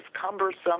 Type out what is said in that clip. cumbersome